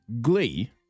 Glee